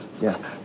Yes